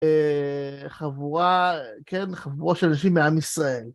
חבורה, כן, חבורה של אנשים מעם ישראל.